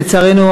שלצערנו,